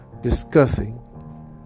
discussing